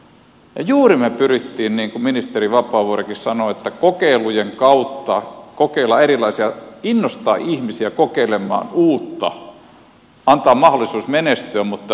me pyrimme juuri niin kuin ministeri vapaavuorikin sanoi kokeilujen kautta innostamaan ihmisiä kokeilemaan uutta antamaan mahdollisuuden menestyä mutta myöskin epäonnistua